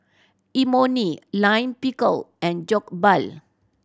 Imoni Lime Pickle and Jokbal